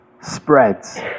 spreads